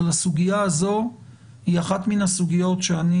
אבל לסוגיה הזו היא אחת מן הסוגיות שאני